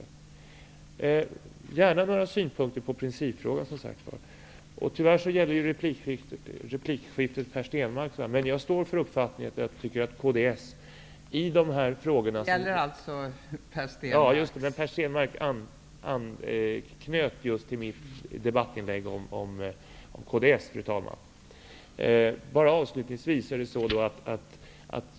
Jag vill gärna höra några synpunkter i principfrågan. Tyvärr gäller replikskiftet Per Stenmarck. Men jag står för uppfattningen att kds i dessa frågor... (Talmannen: Jag får erinra om att repliken gäller Per Stenmarck anknöt till mitt debattinlägg om kds.